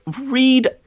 read